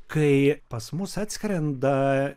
kai pas mus atskrenda